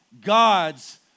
God's